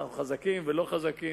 ואנחנו חזקים ולא חזקים,